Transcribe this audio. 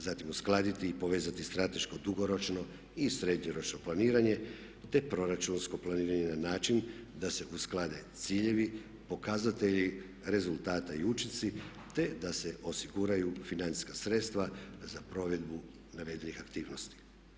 Zatim uskladiti i povezati strateško dugoročno i srednjoročno planiranje proračunsko planiranje na način da se usklade ciljevi, pokazatelji rezultata i učinci te da se osiguraju financijska sredstva za provedbu navedenih aktivnosti.